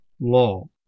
law